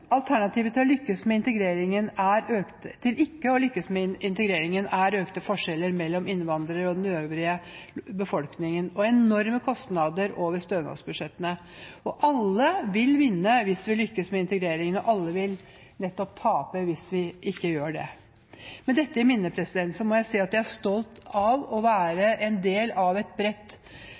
Alternativet til ikke å lykkes med integreringen er økte forskjeller mellom innvandrere og den øvrige befolkningen og enorme kostnader over stønadsbudsjettene. Alle vil vinne hvis vi lykkes med integreringen, og alle vil nettopp tape hvis vi ikke gjør det. Med dette i minnet må jeg si at jeg er stolt av å være en del av et bredt